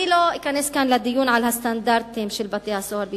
אני לא אכנס כאן לדיון על הסטנדרטים של בתי-הסוהר בישראל,